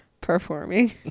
performing